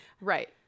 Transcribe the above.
Right